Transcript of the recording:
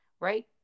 right